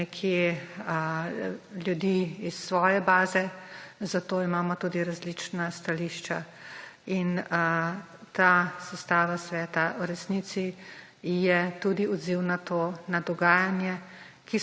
nekje ljudi iz svoje baze. Zato imamo tudi različna stališča. In ta sestava sveta v resnici je tudi odziv na to, na dogajanje,